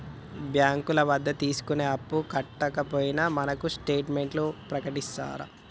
బ్యాంకుల వద్ద తీసుకున్న అప్పు కట్టకపోయినా మనకు స్టేట్ మెంట్లను ప్రకటిత్తారు